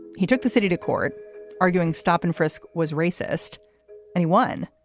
he took the city to court arguing stop and frisk was racist anyone.